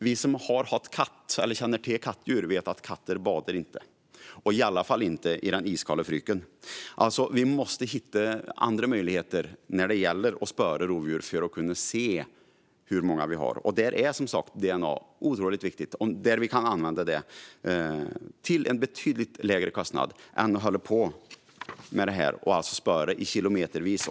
Vi som har haft katt eller känner till kattdjur vet att de inte badar, i alla fall inte i den iskalla Fryken. Vi måste hitta andra möjligheter när det gäller att spåra rovdjur för att se hur många vi har. Där är som sagt DNA otroligt viktigt, och vi kan använda det till en betydligt lägre kostnad än kostnaden för att hålla på och spåra kilometervis.